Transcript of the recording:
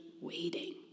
waiting